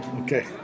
Okay